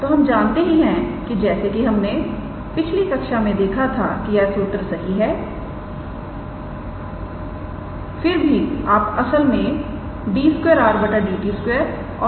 तोहम जानते हैं कि जैसे कि हमने पिछली कक्षा में देखा था कि यह सूत्र सही है फिर भी आप असल में 𝑑 2𝑟⃗𝑑𝑡 2 और